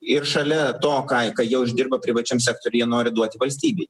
ir šalia to ką ką jie uždirba privačiam sektoriuj jie nori duoti valstybei